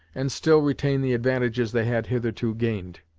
and still retain the advantages they had hitherto gained.